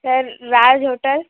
sir Raj hotel